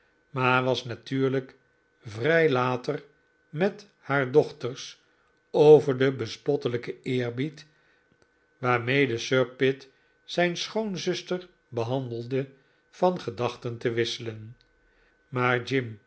maar was natuurlijk vrij later met haar dochters over den bespottelijken eerbied waarmede sir pitt zijn schoonzuster behandelde van gedachten te wisselen maar jim